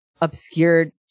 obscured